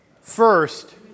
First